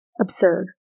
Absurd